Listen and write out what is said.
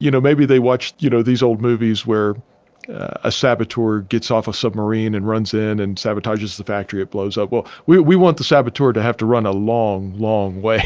you know maybe they watch you know these old movies where a saboteur gets off a submarine and runs in and sabotages the factory. it blows up. well, we we want the saboteurs to have to run a long, long way.